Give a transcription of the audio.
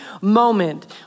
moment